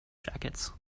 jackets